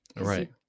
right